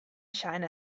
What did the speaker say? china